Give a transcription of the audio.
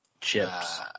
Chips